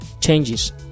changes